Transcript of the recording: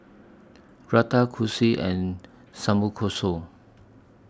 Raita Kulfi and Samgyeopsal